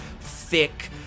thick